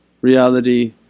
reality